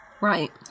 Right